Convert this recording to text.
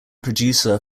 producer